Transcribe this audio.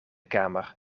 kamer